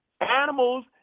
animals